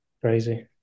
crazy